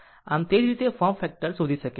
આમ તે જ રીતે ફોર્મ ફેક્ટર શોધી શકે છે